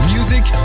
Music